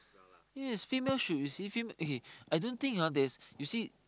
yes female should receive them eh I don't think there's you see